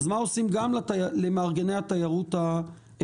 אז מה עושים גם למארגני התיירות היוצאת.